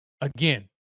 again